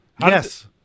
Yes